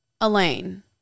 Elaine